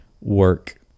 work